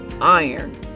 iron